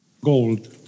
gold